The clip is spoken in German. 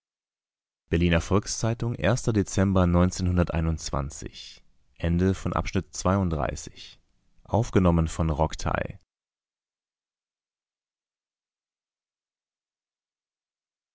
berliner volks-zeitung dezember